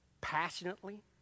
passionately